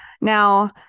Now